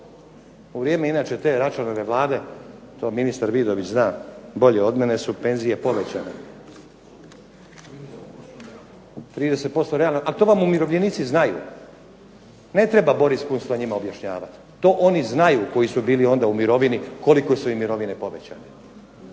U vrijeme inače te Račanove vlade, to ministar Vidović zna bolje od mene, su penzije povećane, 30% realno, a to vam umirovljenici znaju. Ne treba Boris Kunst to njima objašnjavati, to oni znaju koji su bili onda u mirovini koliko su im mirovine povećane.